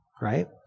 Right